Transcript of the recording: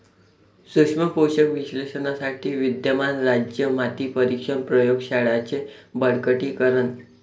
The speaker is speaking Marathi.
सूक्ष्म पोषक विश्लेषणासाठी विद्यमान राज्य माती परीक्षण प्रयोग शाळांचे बळकटीकरण